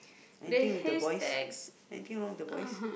anything with the boys anything wrong with the boys